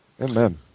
Amen